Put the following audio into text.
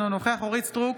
אינו נוכח אורית מלכה סטרוק,